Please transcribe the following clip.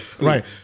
Right